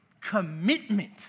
commitment